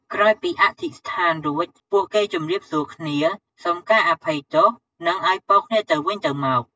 ក្រោយពីអធិស្ឋានរួច ពួកគេជម្រាបសួរគ្នា សុំការអភ័យទោស និងឱ្យពរគ្នាទៅវិញទៅមក។